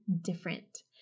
different